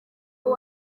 uwo